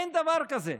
אין דבר כזה.